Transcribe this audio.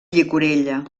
llicorella